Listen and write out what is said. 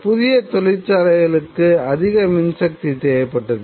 புதிய தொழிற்சாலைகளுக்கு அதிக மின்சக்தி தேவைப்பட்டது